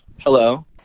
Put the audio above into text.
hello